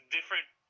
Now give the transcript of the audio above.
different